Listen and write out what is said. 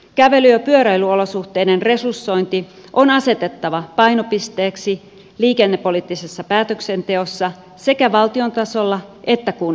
kävely ja pyöräilyolosuhteiden resursointi on asetettava painopisteeksi liikennepoliittisessa päätöksenteossa sekä valtion tasolla että kunnissa